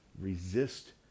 Resist